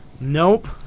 Nope